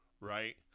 right